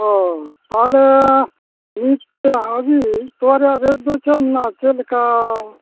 ᱚᱸᱻ ᱛᱟᱦᱚᱞᱮ ᱱᱤᱛ ᱟ ᱵᱤᱱ ᱛᱳᱣᱟ ᱨᱮᱭᱟᱜ ᱨᱮᱴ ᱪᱮᱫ ᱦᱮᱱᱟᱜᱼᱟ ᱪᱮᱫ ᱞᱮᱠᱟ